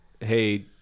Hey